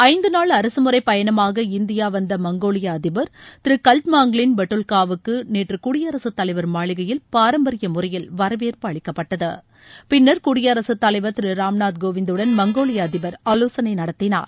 ஐந்து நாள் அரசுமுறைப் பயணமாக இந்தியா வந்த மங்கோலிய அதிபர் திரு கல்ட்மாங்ளின் பட்டுல்காவுக்கு நேற்று குடியரசுத் தலைவர் மாளிகையில் பாரம்பரிய முறையில் வரவேற்பு அளிக்கப்பட்டது பின்னர் குடியரசுத் தலைவர் திரு ராம்நாத் கோவிந்துடன் மங்கோலிய அதிபர் ஆலோசனை நடத்தினார்